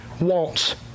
wants